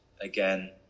again